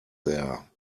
there